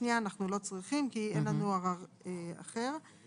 כפר קהילתי פרח.